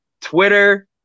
Twitter